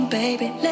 Baby